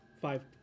five